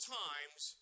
times